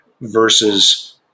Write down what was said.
versus